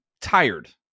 tired